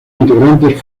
integrantes